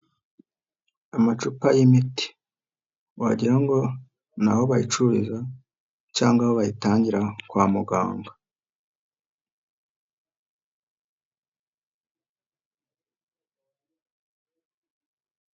Amacupa y'imiti wagirango naho bayicururiza cyangwa aho bayitangira kwa muganga.